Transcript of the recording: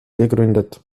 gegründet